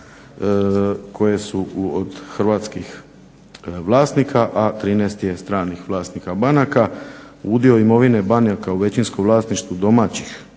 koje su od hrvatskih vlasnika, a 13 je stranih vlasnika banaka. Udio imovine banke u većinskom vlasništvu domaćih